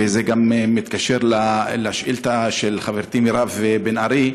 וזה גם מתקשר לשאילתה של חברתי מירב בן ארי,